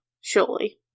surely